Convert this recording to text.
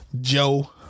joe